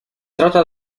trata